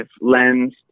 lens